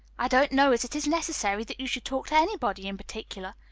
i don't know as it is necessary that you should talk to anybody in particular.